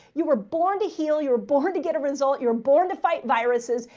you were born to heal. you're born to get a result. you're born to fight viruses.